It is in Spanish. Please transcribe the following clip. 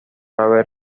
haber